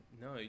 No